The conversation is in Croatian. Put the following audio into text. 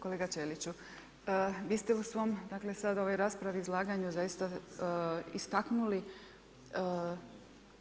Kolega Ćeliću, vi ste u svom, dakle sad u ovoj raspravi, izlaganju zaista istaknuli